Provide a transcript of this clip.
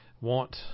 want